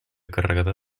carregada